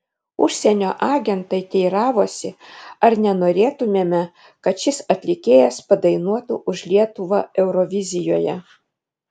užsienio agentai teiravosi ar nenorėtumėme kad šis atlikėjas padainuotų už lietuvą eurovizijoje